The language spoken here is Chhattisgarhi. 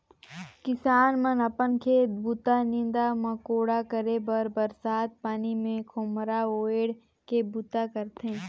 किसान मन अपन खेत बूता, नीदा मकोड़ा करे बर बरसत पानी मे खोम्हरा ओएढ़ के बूता करथे